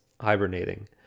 hibernating